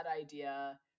idea